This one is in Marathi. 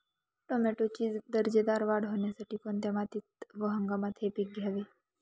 टोमॅटोची दर्जेदार वाढ होण्यासाठी कोणत्या मातीत व हंगामात हे पीक घ्यावे?